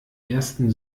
ersten